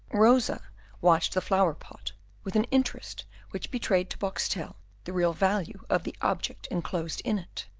rosa watched the flower-pot with an interest which betrayed to boxtel the real value of the object enclosed in it.